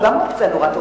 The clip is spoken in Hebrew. זו גם אופציה מאוד טובה.